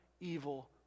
evil